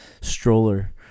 stroller